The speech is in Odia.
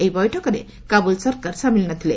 ଏହି ବୈଠକରେ କାବୁଲ୍ ସରକାର ସାମିଲ୍ ନ ଥିଲେ